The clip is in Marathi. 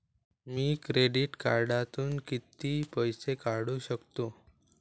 मी क्रेडिट कार्डातून किती पैसे काढू शकतो?